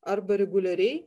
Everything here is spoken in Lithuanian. arba reguliariai